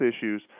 issues